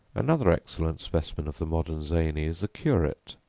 another excellent specimen of the modern zany is the curate,